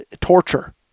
torture